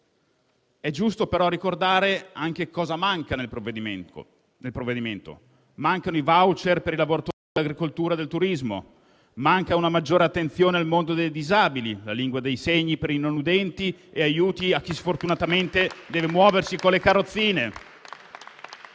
È giusto però ricordare anche cosa manca nel provvedimento. Mancano i *voucher* per i lavoratori dell'agricoltura e del turismo. Mancano una maggiore attenzione al mondo dei disabili, la lingua dei segni per i non udenti e aiuti a chi sfortunatamente deve muoversi con le carrozzine